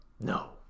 No